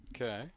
Okay